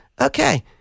okay